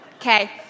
Okay